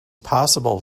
possible